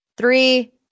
Three